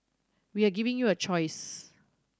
we are giving you a choice